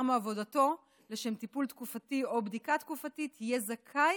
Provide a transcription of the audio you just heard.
מעבודתו לשם טיפול תקופתי או בדיקה תקופתית יהיה זכאי